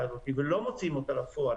הזאת ולא היינו מוציאים אותה אל הפועל,